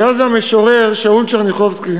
היה זה המשורר שאול טשרניחובסקי